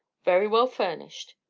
very well furnished.